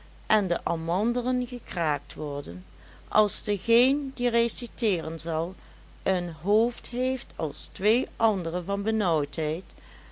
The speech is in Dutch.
en de amandelen gekraakt worden als degeen die reciteeren zal een hoofd heeft als twee andere van